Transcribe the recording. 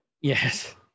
yes